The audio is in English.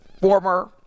former